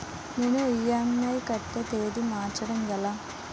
నేను ఇ.ఎం.ఐ కట్టే తేదీ మార్చడం ఎలా?